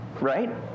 right